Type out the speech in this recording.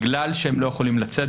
בגלל שהם לא יכולים לצאת,